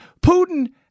Putin